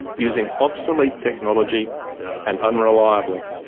using obsolete technology and unreliable.